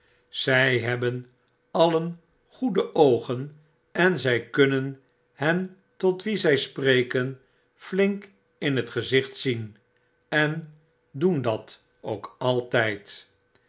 zy hebben alien goede oogen en zjj kunnen hen tot wien zjj spreken flink in t gezicht zien en doen dat ook altyd